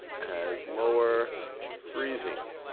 has lower freezing,